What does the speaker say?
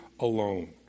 alone